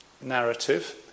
narrative